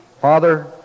Father